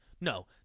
No